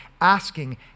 asking